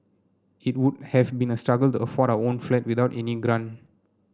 it would have been a struggle to afford our own flat without any grant